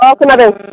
औ खोनादों